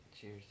Cheers